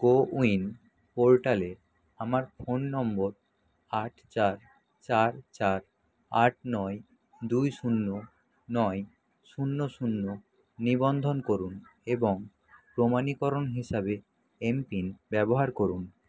CoWIN পোর্টালে আমার phone নম্বর আট চার চার চার আট নয় দুই শূন্য নয় শূন্য শূন্য নিবন্ধন করুন এবং প্রমাণীকরণ হিসাবে এমপিন ব্যবহার করুন